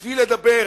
בשביל לדבר